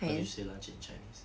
how do you say lunch in chinese